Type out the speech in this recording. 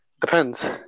depends